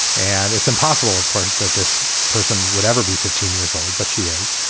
and it's impossible, of course, that this person would ever be fifteen years old. but she is.